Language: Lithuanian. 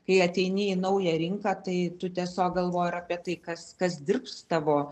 kai ateini į naują rinką tai tu tiesiog galvoji ir apie tai kas kas dirbs tavo